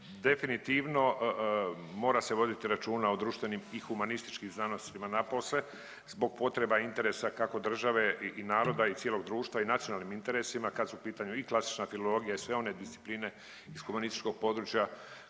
definitivno mora se voditi računa o društvenim i humanističkim znanostima napose zbog potreba interesa kako države i naroda i cijelog društva i nacionalnim interesima kad su u pitanju i klasična filologija i sve one discipline iz humanističkog područja